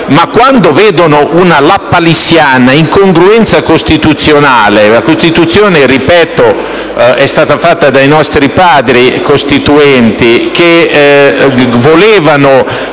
ma di fronte a una lapalissiana incongruenza costituzionale - la Costituzione, ripeto, è stata fatta dai nostri Padri costituenti che volevano